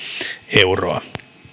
euroa